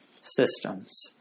systems